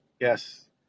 Yes